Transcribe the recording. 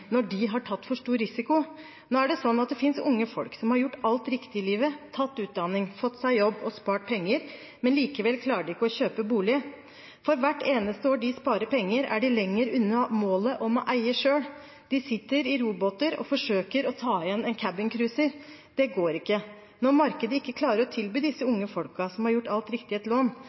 når de har tatt for stor risiko. Nå er det slik at det finnes unge folk som har gjort alt riktig i livet – tatt utdanning, fått seg jobb og spart penger – men likevel ikke klarer å kjøpe bolig. For hvert eneste år de sparer penger, er de lenger unna målet om å eie selv. De sitter i robåter og forsøker å ta igjen en cabincruiser. Det går ikke. Når markedet ikke klarer å tilby disse unge folkene som har gjort alt riktig, et lån,